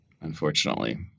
unfortunately